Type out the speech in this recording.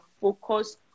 focus